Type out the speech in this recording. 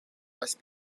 less